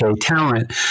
talent